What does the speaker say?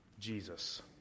Jesus